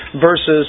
versus